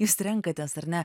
jūs renkatės ar ne